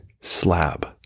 slab